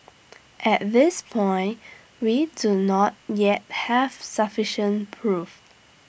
at this point we do not yet have sufficient proof